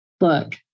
look